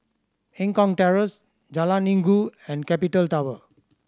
Eng Kong Terrace Jalan Inggu and Capital Tower